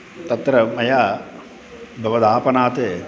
तत्र मया बहवः आपणात्